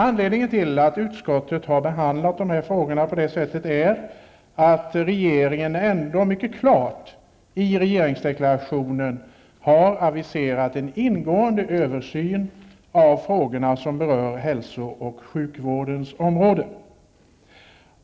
Anledningen till att utskottet har behandlat dessa frågor på detta sätt är att regeringen ändå mycket klart i regeringsdeklarationen har aviserat en ingående översyn av frågor som berör hälso och sjukvårdens område.